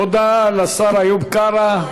תודה לשר איוב קרא.